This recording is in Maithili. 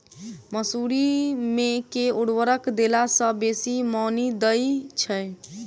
मसूरी मे केँ उर्वरक देला सऽ बेसी मॉनी दइ छै?